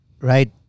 Right